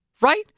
right